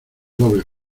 dobles